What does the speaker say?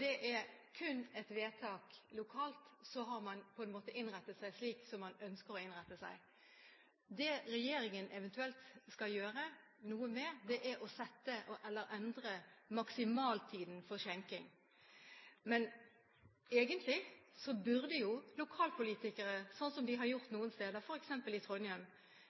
Det er kun et vedtak lokalt, så har man på en måte innrettet seg slik som man ønsker å innrette seg. Det regjeringen eventuelt skal gjøre noe med, er å sette, eller endre, maksimaltiden for skjenking. Men egentlig burde lokalpolitikere, slik som de har gjort noen steder, f.eks. i Trondheim,